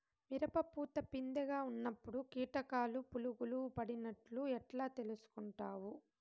మిరప పూత పిందె గా ఉన్నప్పుడు కీటకాలు పులుగులు పడినట్లు ఎట్లా తెలుసుకుంటావు?